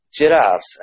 giraffes